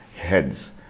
heads